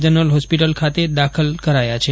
general hospital ખાતે દાખલ કરાયા છે